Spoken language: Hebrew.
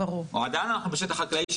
או עדיין אנחנו בשטח חקלאי,